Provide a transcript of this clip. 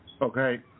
Okay